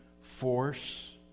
force